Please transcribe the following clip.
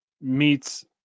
meets